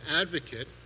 advocate